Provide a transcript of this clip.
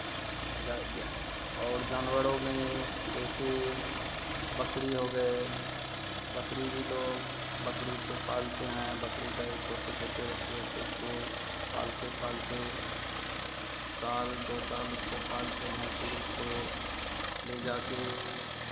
जा जा और जानवरों में जैसे बकरी हो गए बकरी भी लोग बकरी को पालते हैं बकरी का ये छोटे छोटे बच्चे हैं तो उसको पालते पालते साल दो साल उसको पालते हैं फिर उसको ले जाके